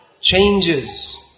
changes